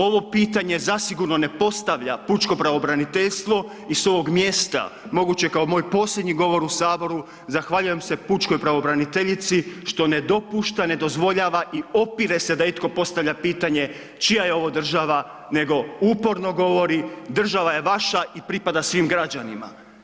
Ovo pitanje zasigurno ne postavlja pučko pravobraniteljstvo i s ovog mjesta moguće kao moj posljednji govor u Saboru, zahvaljujem se pučkoj pravobraniteljici što ne dopušta, ne dozvoljava i opire se da itko postavlja pitanje, čija je država nego uporno govori, država je vaša i pripada svim građanima.